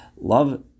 love